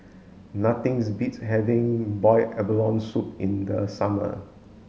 nothings beats having boiled abalone soup in the summer